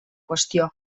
qüestió